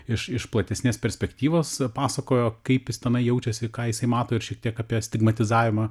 iš iš platesnės perspektyvos pasakojo kaip jis tenai jaučiasi ką jisai mato ir šiek tiek apie stigmatizavimą